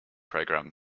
program